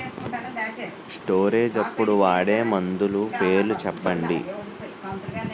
Storage అప్పుడు వాడే మందులు పేర్లు చెప్పండీ?